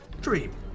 dream